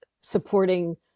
supporting